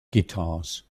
guitars